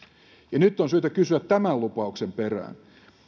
nyt on syytä kysyä tämän lupauksen perään